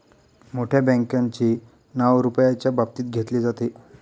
मोठ्या बँकांचे नाव रुपयाच्या बाबतीत घेतले जाते